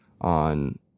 on